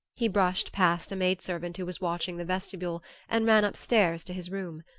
he brushed past a maid-servant who was washing the vestibule and ran up stairs to his room.